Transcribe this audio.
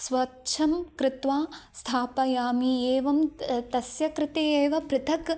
स्वच्छं कृत्वा स्थापयामि एवं तस्य कृते एव पृथक्